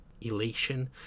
elation